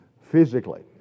physically